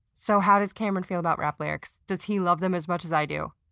so how does cameron feel about rap lyrics? does he love them as much as i do?